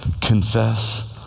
confess